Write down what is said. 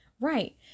Right